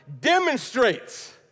demonstrates